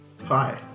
Hi